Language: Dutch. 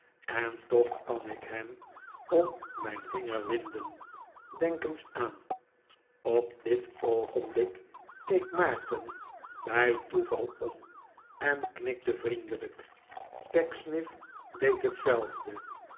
en toch kan ik hem om mijn vinger winden denk eens aan op dit oogenblik keek maarten bij toeval om en knikte vriendelijk pecksniff deed hetzelfde